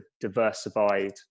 diversified